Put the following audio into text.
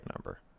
number